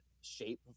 shape